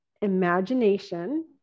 imagination